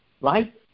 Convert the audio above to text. Right